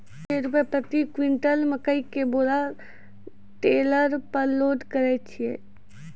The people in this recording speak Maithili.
छह रु प्रति क्विंटल मकई के बोरा टेलर पे लोड करे छैय?